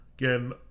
again